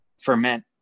ferment